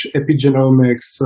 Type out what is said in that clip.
epigenomics